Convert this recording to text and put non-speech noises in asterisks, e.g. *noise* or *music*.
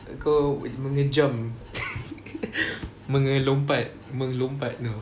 kau menerjam *laughs* melompat melompat now